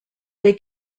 they